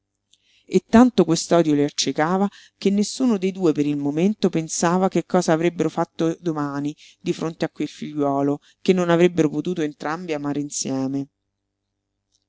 e tanto quest'odio li accecava che nessuno dei due per il momento pensava che cosa avrebbero fatto domani di fronte a quel figliuolo che non avrebbero potuto entrambi amare insieme